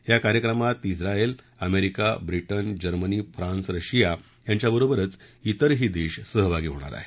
या कार्यक्रमात उंत्रायल America Britain Germany France Russia यांच्याबरोबरच त्रिरही देश सहभागी होणार आहेत